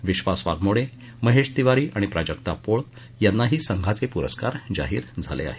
विश्वास वाघमोडे महेश तिवारी आणि प्राजक्ता पोळ यांनाही संघाचे प्रस्कार जाहीर झाले आहेत